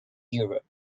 europe